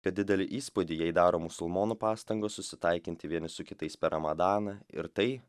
kad didelį įspūdį jai daro musulmonų pastangos susitaikinti vieni su kitais per ramadaną ir tai